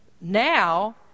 now